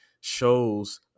shows